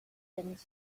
things